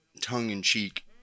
tongue-in-cheek